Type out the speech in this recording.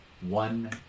one